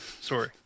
sorry